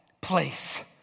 place